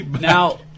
Now